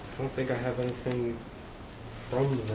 don't think i have anything from